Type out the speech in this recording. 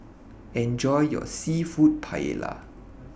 Enjoy your Seafood Paella